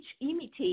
imitate